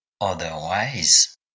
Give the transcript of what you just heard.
Otherwise